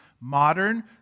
modern